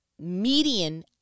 median